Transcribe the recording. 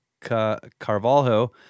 Carvalho